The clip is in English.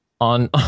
on